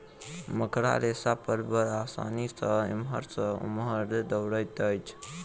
मकड़ा रेशा पर बड़ आसानी सॅ एमहर सॅ ओमहर दौड़ैत अछि